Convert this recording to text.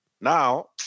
Now